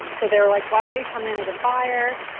so they're like why don't you come in as a buyer?